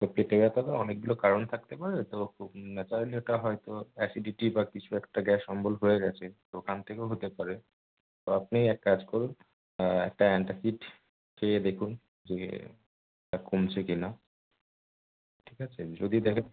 তো পেটে ব্যথার অনেকগুলো কারণ থাকতে পারে তো হয়তো অ্যাসিডিটি বা কিছু একটা গ্যাস অম্বল হয়ে গেছে তো ওখান থেকেও হতে পারে তো আপনি এক কাজ করুন একটা অ্যান্টাসিড খেয়ে দেখুন যে ওটা কমছে কি না ঠিক আছে যদি ব্যাথা